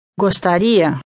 Gostaria